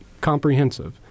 Comprehensive